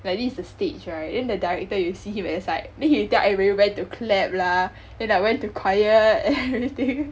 like this is the stage right then the director you see him at the side then he tell everybody when to clap lah then like when to quiet and everything